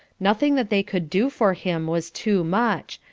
nothing that they could do for him was too much,